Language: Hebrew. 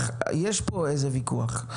יש פה איזה ויכוח,